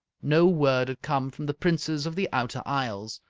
no word had come from the princess of the outer isles,